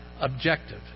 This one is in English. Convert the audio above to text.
objective